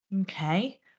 Okay